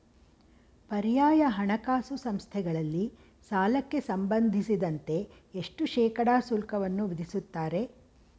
ಪರ್ಯಾಯ ಹಣಕಾಸು ಸಂಸ್ಥೆಗಳಲ್ಲಿ ಸಾಲಕ್ಕೆ ಸಂಬಂಧಿಸಿದಂತೆ ಎಷ್ಟು ಶೇಕಡಾ ಶುಲ್ಕವನ್ನು ವಿಧಿಸುತ್ತಾರೆ?